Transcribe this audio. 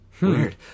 Weird